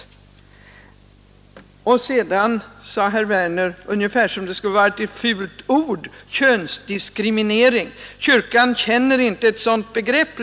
Herr Werner talade sedan om könsdiskriminering ungefär som om det vore ett fult ord, och underförstått lät det som om kyrkan inte känner ett sådant begrepp.